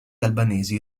albanesi